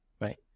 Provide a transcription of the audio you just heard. right